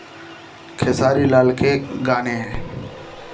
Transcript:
खेसारी लाल के गाने हैं